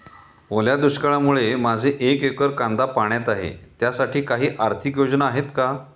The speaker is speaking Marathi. ओल्या दुष्काळामुळे माझे एक एकर कांदा पाण्यात आहे त्यासाठी काही आर्थिक योजना आहेत का?